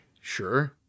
Sure